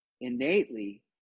innately